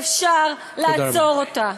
ואפשר לעצור אותה.